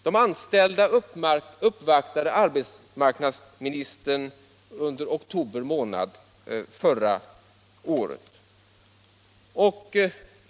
De anställda uppvaktade arbetsmarknadsministern i oktober månad förra året.